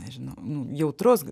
nežinau nu jautrus